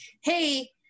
Hey